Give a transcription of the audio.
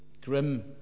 grim